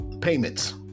payments